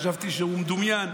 חשבתי שהוא מדמיין.